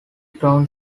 grow